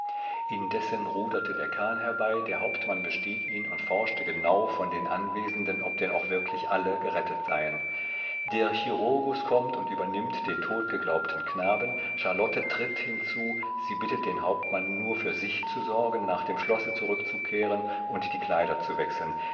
indessen ruderte der kahn herbei der hauptmann bestieg ihn und forschte genau von den anwesenden ob denn auch wirklich alle gerettet seien der chirurgus kommt und übernimmt den totgeglaubten knaben charlotte tritt hinzu sie bittet den hauptmann nur für sich zu sorgen nach dem schlosse zurückzukehren und die kleider zu wechseln